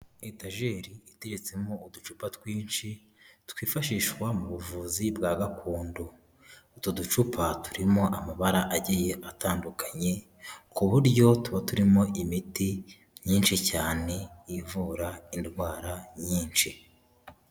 Etageri iteretsemo uducupa twinshi, twifashishwa mu buvuzi bwa gakondo, utwo ducupa turimo amabara agiye atandukanye, ku buryo tuba turimo imiti myinshi cyane ivura indwara nyinshi.